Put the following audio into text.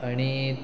आनी